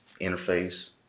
Interface